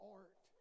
art